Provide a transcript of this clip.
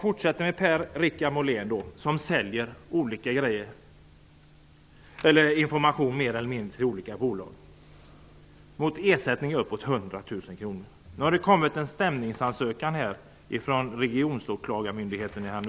Per-Richard Molén säljer mer eller mindre information till olika bolag mot ersättning upp mot 100 000 kr. Nu har det kommit en stämningsansökan från